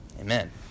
Amen